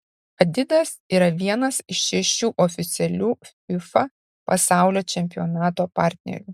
adidas yra vienas iš šešių oficialių fifa pasaulio čempionato partnerių